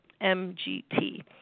M-G-T